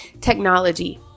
Technology